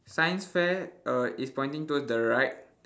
science fair err is pointing towards the right